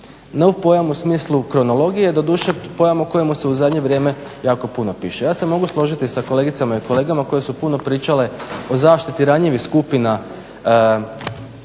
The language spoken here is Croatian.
nov pojam u smislu kronologije. Doduše pojam o kojemu se u zadnje vrijeme jako puno piše. Ja se mogu složiti sa kolegicama i kolegama koje su puno pričale o zaštiti ranjivih skupina